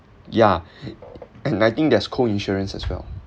yeah and I think there's co insurance as well